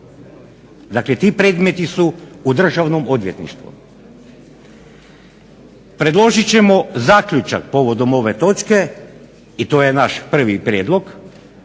dakle ti predmeti su u Državnom odvjetništvu, predložiti ćemo zaključak povodom ove točke i to je naš prvi prijedlog